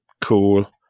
cool